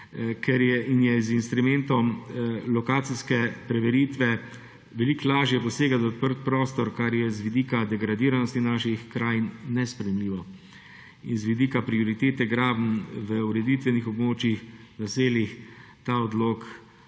poselitev. Z instrumentom lokacijske preveritve je veliko lažje posegati v odprt prostor, kar je z vidika degradiranosti naših krajin nesprejemljivo, in z vidika prioritete gradenj v ureditvenih območjih, naseljih ta odlok